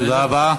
תודה רבה.